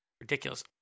ridiculous